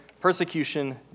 persecution